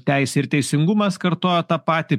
teisė ir teisingumas kartoja tą patį